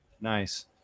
nice